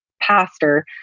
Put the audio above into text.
pastor